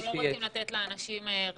זה ברור, אנחנו לא רוצים לתת לאנשים רעיונות.